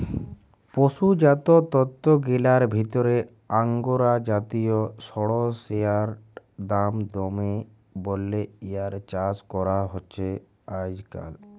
পসুজাত তন্তুগিলার ভিতরে আঙগোরা জাতিয় সড়সইড়ার দাম দমে বল্যে ইয়ার চাস করা হছে আইজকাইল